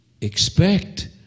expect